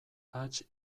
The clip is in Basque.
hats